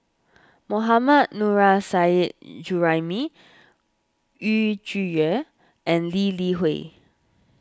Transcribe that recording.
Mohammad Nurrasyid Juraimi Yu Zhuye and Lee Li Hui